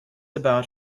about